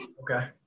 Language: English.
Okay